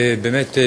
באמת,